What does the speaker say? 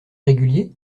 réguliers